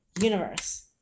universe